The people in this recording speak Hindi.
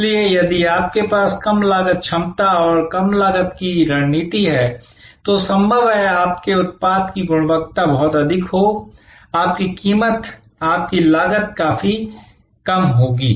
इसलिए यदि आपके पास कम लागत क्षमता और कम लागत की रणनीति है तो संभव है कि आपके उत्पाद की गुणवत्ता बहुत अधिक हो आपकी कीमत आपकी लागत काफी कम होगी